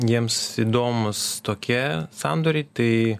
jiems įdomūs tokie sandoriai tai